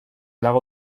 lago